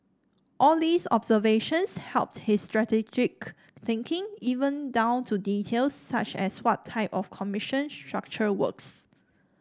all these observations helped his strategic thinking even down to details such as what type of commission structure works